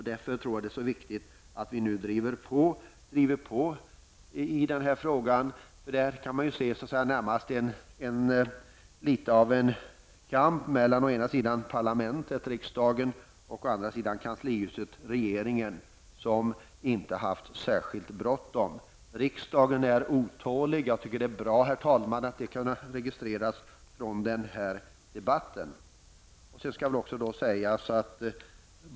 Därför tror jag att det är viktigt att vi nu driver på i den här frågan. Detta är ju närmast litet av en kamp mellan å ena sidan parlamentet, riksdagen, och å andra sidan kanslihuset, regeringen. Regeringen har inte haft särskilt bråttom. Riksdagen är otålig. Jag tycker det är bra att det kan registreras från den här debatten.